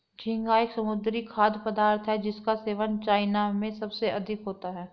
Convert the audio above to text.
झींगा एक समुद्री खाद्य पदार्थ है जिसका सेवन चाइना में सबसे अधिक होता है